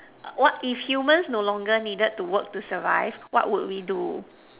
what if humans no longer needed to work to survive what would we do